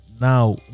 Now